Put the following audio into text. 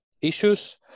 issues